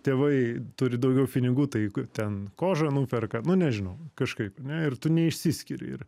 tėvai turi daugiau pinigų tai ten kožą nuperka nu nežinau kažkaip ne ir tu neišsiskiri ir